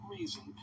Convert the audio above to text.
reason